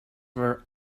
were